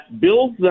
builds